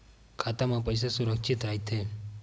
खाता मा पईसा सुरक्षित राइथे?